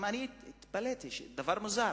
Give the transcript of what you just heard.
גם אני התפלאתי על דבר מוזר: